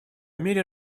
мере